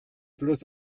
bloß